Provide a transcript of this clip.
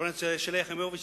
חברת הכנסת שלי יחימוביץ,